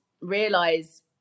realize